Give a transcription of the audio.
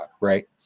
right